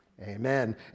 amen